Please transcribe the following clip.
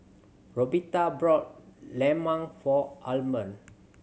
Roberta bought lemang for Armond